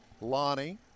Lonnie